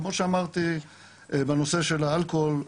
כמו שאמרתי בנושא האלכוהול,